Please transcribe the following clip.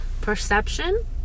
perception